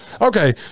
Okay